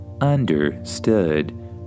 Understood